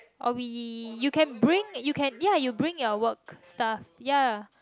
or we you can bring you can ya you bring your work stuff ya